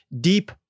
deep